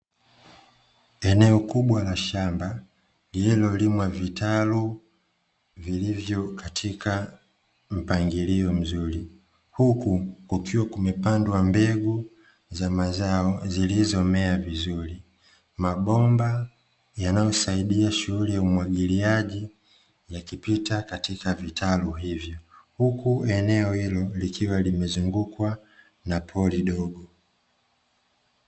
Eneo kubwa la shamba, lililolimwa vitalu vilivyo katika mpangilio mzuri huku kukiwa kumepandwa mbegu za mazao zilizomea vizuri. Mabomba yanayosaidia shughuli ya umwagiliaji yakipita katika vitalu hivyo huku eneo hilo limezungukwa na pori dogo.